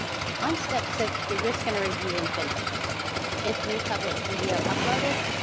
on step six, you're just going to review and finish its new public video uploaded.